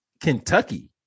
Kentucky